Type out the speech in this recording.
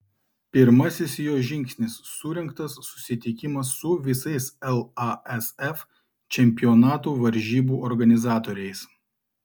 pirmasis jo žingsnis surengtas susitikimas su visais lasf čempionatų varžybų organizatoriais